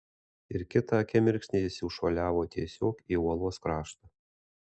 ir kitą akimirksnį jis jau šuoliavo tiesiog į uolos kraštą